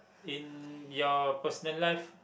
in your personal life